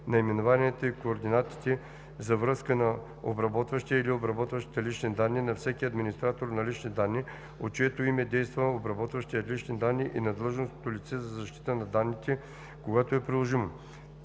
наименованието и координатите за връзка на обработващия или обработващите лични данни, на всеки администратор на лични данни, от чието име действа обработващият лични данни, и на длъжностното лице за защита на данните, когато е приложимо;